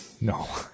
no